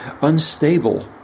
unstable